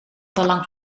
daarlangs